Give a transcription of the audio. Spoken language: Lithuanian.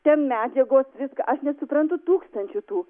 ten medžiagos viska aš nesuprantu tūkstančių tų